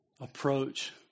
approach